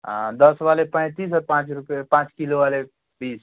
हाँ दस वाले पैंतीस और पाँच रुपये पाँच किलो वाले बीस